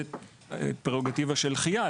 זה פררוגטיבה של חיא"ל.